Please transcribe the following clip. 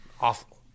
Awful